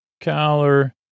Collar